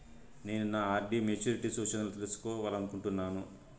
నేను నా R D maturity సూచనలను తెలుసుకోవాలనుకుంటున్నాను